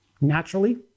naturally